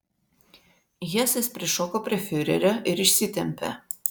hesas prišoko prie fiurerio ir išsitempė